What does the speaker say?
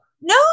No